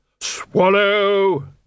swallow